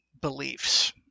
beliefs